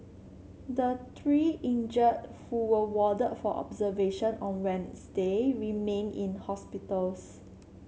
the three injured who were warded for observation on Wednesday remain in hospitals